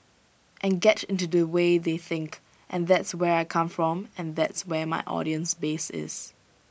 and get into the way they think and that's where I come from and that's where my audience base is